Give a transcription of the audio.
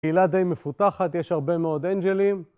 קהילה די מפותחת, יש הרבה מאוד אנג'לים